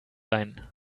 ein